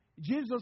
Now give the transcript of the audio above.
Jesus